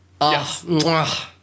Yes